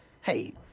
Hey